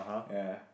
ya